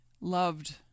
loved